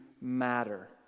matter